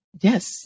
yes